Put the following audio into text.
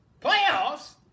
Playoffs